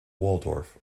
waldorf